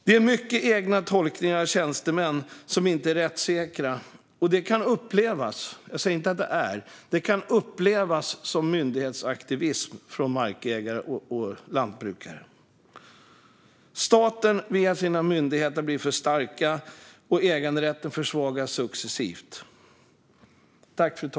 Det är många tjänstemannatolkningar som inte är rättssäkra. Jag säger inte att det är myndighetsaktivism, men markägare och lantbrukare kan uppleva det så. Staten med sina myndigheter har blivit för stark, och äganderätten försvagas successivt.